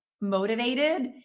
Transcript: motivated